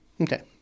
Okay